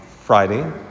Friday